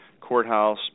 courthouse